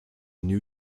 new